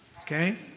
Okay